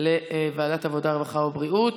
לוועדת העבודה, הרווחה והבריאות.